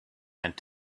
and